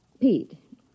Pete